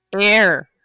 air